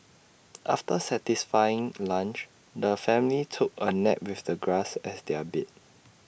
after satisfying lunch the family took A nap with the grass as their bed